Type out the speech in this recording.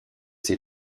ses